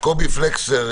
קובי פלקסר,